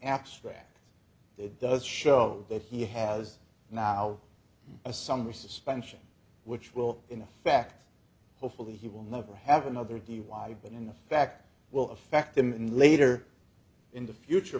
abstract it does show that he has now a summer suspension which will in effect hopefully he will never have another d y when the fact will affect him in later in the future